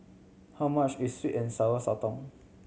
how much is sweet and Sour Sotong